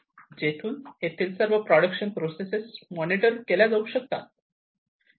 जेथून येथील सर्व प्रोडक्शन प्रोसेसेस मॉनिटर केल्या जाऊ शकतात